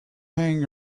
hanging